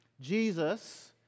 Jesus